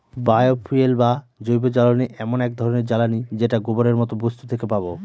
বায় fuel বা জৈবজ্বালানী এমন এক ধরনের জ্বালানী যেটা গোবরের মতো বস্তু থেকে পাবো